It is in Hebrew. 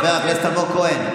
חבר הכנסת אלמוג כהן,